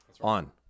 on